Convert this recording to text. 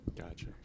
Gotcha